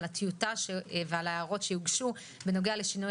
על הטיוטה ועל ההערות שיוגשו בנוגע לשינוי